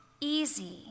easy